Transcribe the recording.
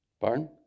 Pardon